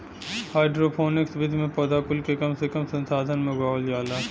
hydroponics विधि में पौधा कुल के कम से कम संसाधन में उगावल जाला